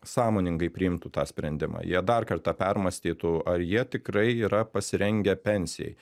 sąmoningai priimtų tą sprendimą jie dar kartą permąstytų ar jie tikrai yra pasirengę pensijai